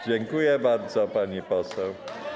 Dziękuję bardzo, pani poseł.